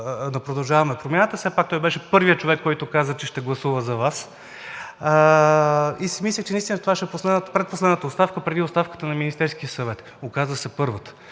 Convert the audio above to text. на „Продължаваме Промяната“ – все пак той беше първият човек, който каза, че ще гласува за Вас, и си мислех наистина, че това ще е предпоследната оставка преди оставката на Министерския съвет. Оказа се първата,